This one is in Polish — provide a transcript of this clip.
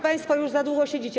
państwo już za długo siedzicie.